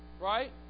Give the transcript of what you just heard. Right